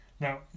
Now